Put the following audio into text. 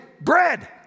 bread